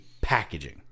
packaging